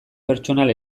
pertsonal